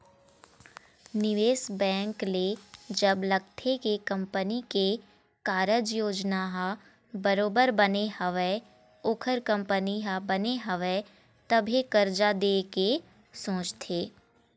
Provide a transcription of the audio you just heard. निवेश बेंक ल जब लगथे के कंपनी के कारज योजना ह बरोबर बने हवय ओखर कंपनी ह बने हवय तभे करजा देय के सोचथे